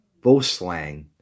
Boslang